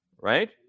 right